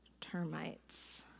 termites